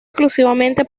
exclusivamente